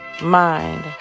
mind